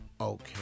Okay